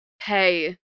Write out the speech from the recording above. pay